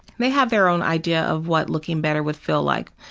they have their own idea of what looking better would feel like.